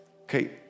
Okay